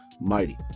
Mighty